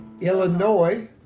Illinois